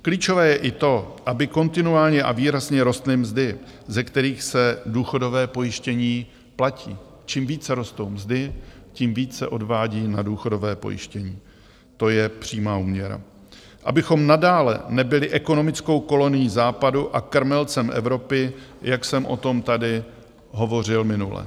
Klíčové je i to, aby kontinuálně a výrazně rostly mzdy, ze kterých se důchodové pojištění platí čím více rostou mzdy, tím více se odvádí na důchodovém pojištění, to je přímá úměra abychom nadále nebyli ekonomickou kolonií západu a krmelcem Evropy, jak jsem o tom tady hovořil minule.